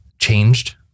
changed